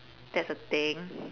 that's a thing